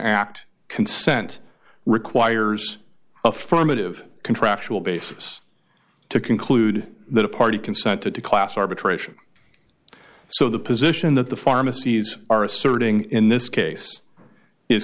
act consent requires affirmative contractual basis to conclude that a party consented to class arbitration so the position that the pharmacies are asserting in this case is